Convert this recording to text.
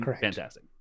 fantastic